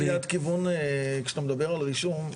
רק תן קריאת כיוון כשאתה מדבר על רישום,